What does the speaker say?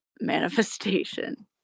manifestation